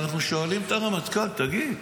אנחנו שואלים את הרמטכ"ל: תגיד,